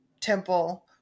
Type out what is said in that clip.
temple